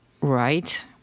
right